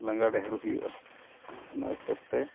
ᱞᱟᱸᱜᱟ ᱰᱷᱮᱨ ᱦᱟᱨᱩ ᱦᱩᱭᱩᱜᱼᱟ ᱚᱱᱟ ᱦᱤᱥᱟᱹᱵ ᱛᱮ